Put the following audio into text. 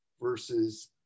versus